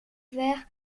verre